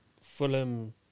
Fulham